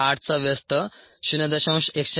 8 चा व्यस्त 0